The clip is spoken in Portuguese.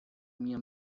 minha